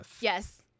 Yes